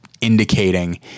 indicating